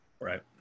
Right